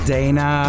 Dana